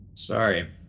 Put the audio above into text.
Sorry